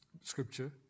Scripture